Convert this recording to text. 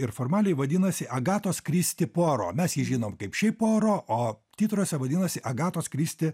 ir formaliai vadinasi agatos kristi puaro mes jį žinom kaip šiaip puaro o titruose vadinasi agatos kristi